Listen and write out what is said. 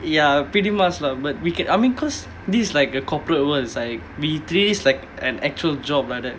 ya pretty much lah but we can I mean because this is like a corporate world it's like we treat this like an actual job like that